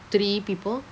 three people